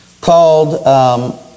called